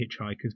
hitchhikers